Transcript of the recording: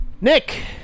Nick